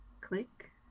click